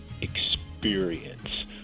experience